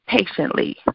Patiently